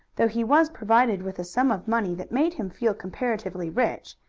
though he was provided with a sum of money that made him feel comparatively rich,